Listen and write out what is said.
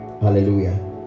hallelujah